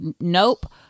nope